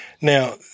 Now